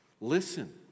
Listen